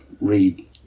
read